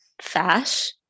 fash